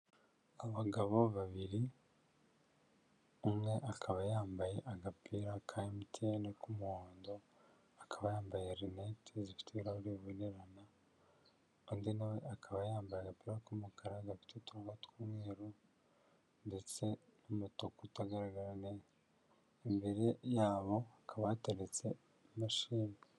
Abagabo babiri umwe akaba yambaye agapira ka MTN k'umuhondo akaba yambaye rinete zifite ibirahure bubonerana undi nawe akaba yambaye agapira k'umukara gafite uturongo tw'umweru ndetse n'amatuku utagaragara neza ndetse imbere yabo hakaba hateretse imashini.